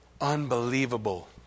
unbelievable